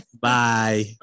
Bye